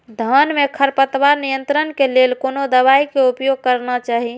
धान में खरपतवार नियंत्रण के लेल कोनो दवाई के उपयोग करना चाही?